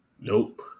Nope